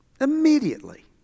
immediately